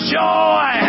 joy